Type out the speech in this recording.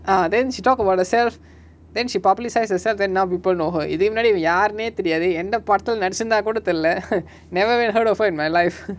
uh then she talk about herself then she publicize then now people know her இதுக்கு முன்னாடி இவ யாருனே தெரியாது எந்த படத்துல நடிச்சி இருந்தா கூட தெரில:ithuku munnadi iva yaarune theriyathu entha padathula nadichi iruntha kooda therila never even heard of her in my life